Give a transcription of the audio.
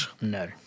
No